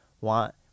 want